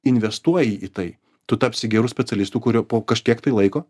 investuoji į tai tu tapsi geru specialistu kurio po kažkiek tai laiko